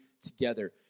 together